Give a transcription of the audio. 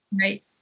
Right